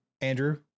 Andrew